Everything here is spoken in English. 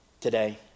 today